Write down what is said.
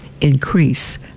increase